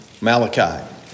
Malachi